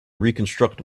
reconstruct